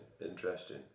interesting